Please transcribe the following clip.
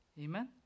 Amen